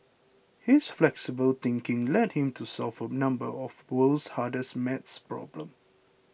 his flexible thinking led him to solve a number of the world's hardest maths problems